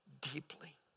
deeply